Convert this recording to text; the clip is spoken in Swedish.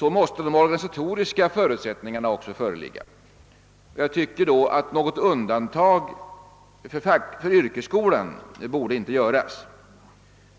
måste de organisatoriska förutsätltningarna härför föreligga. Något undantag för yrkesskolan borde sålunda inte göras.